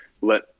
let